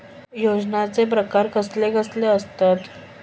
योजनांचे प्रकार कसले कसले असतत?